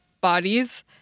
bodies